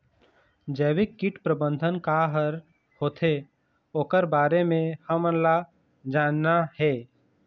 जैविक कीट प्रबंधन का हर होथे ओकर बारे मे हमन ला जानना हे?